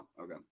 okay